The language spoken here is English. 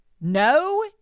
no